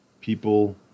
People